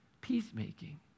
peacemaking